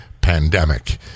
pandemic